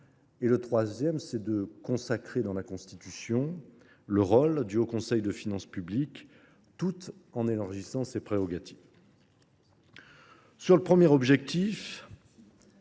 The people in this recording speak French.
Le troisième est de consacrer dans la Constitution le rôle du Haut Conseil des finances publiques tout en élargissant ses prérogatives. Le premier objectif,